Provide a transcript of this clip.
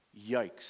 yikes